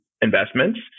investments